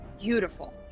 Beautiful